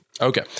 Okay